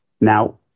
Now